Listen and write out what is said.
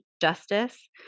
justice